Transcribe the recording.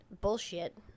bullshit